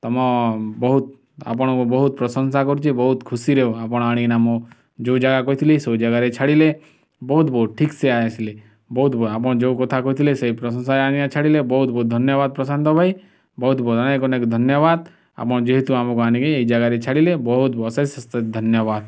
ତୁମ ବହୁତ ଆପଣଙ୍କୁ ବହୁତ ପ୍ରସଂଶା କରୁଛି ବହୁତ ଖୁସିରେ ଆପଣ ଆଣିକିନା ମୁଁ ଯେଉଁ ଜାଗା କହିଥିଲି ସେଇ ଜାଗାରେ ଛାଡ଼ିଲେ ବହୁତ ବହୁତ ଠିକ ସେ ଆସିଲି ବହୁତ ଆପଣ ଯେଉଁ କଥା କହିଥିଲେ ସେଇ ଆଣିକିନା ଛାଡ଼ିଲେ ବହୁତ ବହୁତ ଧନ୍ୟବାଦ ପ୍ରଶାନ୍ତ ଭାଇ ବହୁତ ବହୁତ ଅନେକ ଅନେକ ଧନ୍ୟବାଦ ଆପଣ ଯେହେତୁ ଆମକୁ ଆଣିକି ଏଇ ଜାଗାରେ ଛାଡ଼ିଲେ ବହୁତ ଅଶେଷ ଅଶେଷ ଧନ୍ୟବାଦ